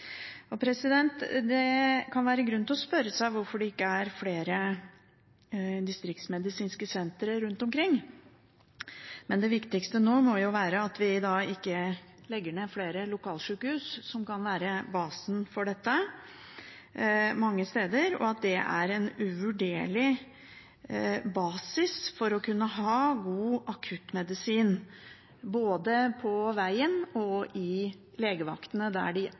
Det kan være grunn til å spørre seg hvorfor det ikke er flere distriktsmedisinske sentre rundt omkring, men det viktigste nå må være at vi ikke legger ned flere lokalsjukehus, som kan være basen for dette mange steder, og at det er en uvurderlig basis for å kunne ha god akuttmedisin, både på vegen og på legevakten, der